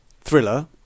thriller